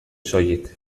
soilik